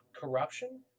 corruption